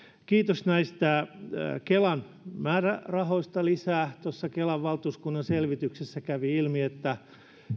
kiitos kelan lisämäärärahoista kelan valtuuskunnan selvityksessä kävi ilmi että